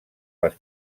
les